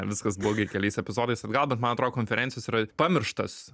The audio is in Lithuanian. viskas blogai keliais epizodais atgal bet man atrodo konferencijos yra pamirštas